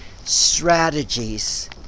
strategies